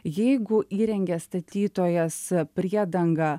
jeigu įrengė statytojas priedangą